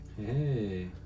hey